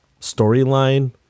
storyline